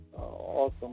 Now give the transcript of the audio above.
awesome